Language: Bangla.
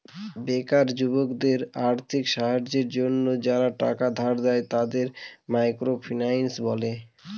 বেকার যুবকদের আর্থিক সাহায্যের জন্য যারা টাকা ধার দেয়, তাদের মাইক্রো ফিন্যান্স বলে